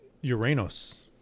Uranus